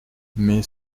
mais